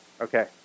Okay